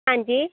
ਹਾਂਜੀ